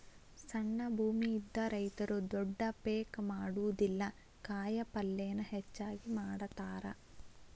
ಸಣ್ಣ ಭೂಮಿ ಇದ್ದ ರೈತರು ದೊಡ್ಡ ಪೇಕ್ ಮಾಡುದಿಲ್ಲಾ ಕಾಯಪಲ್ಲೇನ ಹೆಚ್ಚಾಗಿ ಮಾಡತಾರ